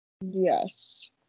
Yes